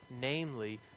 namely